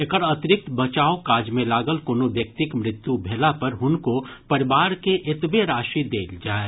एकर अतिरिक्त बचाव काज मे लागल कोनो व्यक्तिक मृत्यु भेला पर हुनको परिवार के एतबे राशि देल जाय